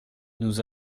nous